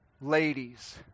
ladies